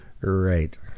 right